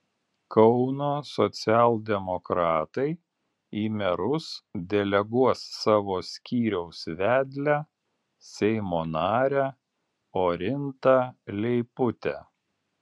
kauno socialdemokratai į merus deleguos savo skyriaus vedlę seimo narę orintą leiputę